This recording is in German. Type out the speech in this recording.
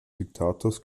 diktators